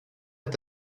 est